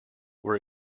were